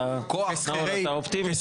נאור, אתה אופטימי.